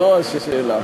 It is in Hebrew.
זו השאלה,